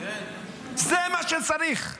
זה מה שצריך.